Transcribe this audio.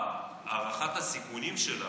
בהערכת הסיכונים שלנו,